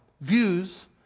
views